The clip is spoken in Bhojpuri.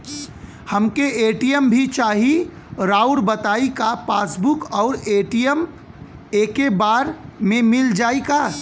हमके ए.टी.एम भी चाही राउर बताई का पासबुक और ए.टी.एम एके बार में मील जाई का?